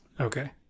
Okay